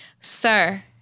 sir